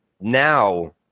Now